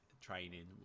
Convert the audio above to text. training